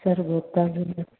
sir ಗೊತ್ತಾಗಿಲ್ಲ